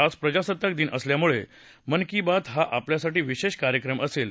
आज प्रजासत्ताक दिन असल्यामुळे मन की बात हा आपल्यासाठी विशेष कार्यक्रम असेल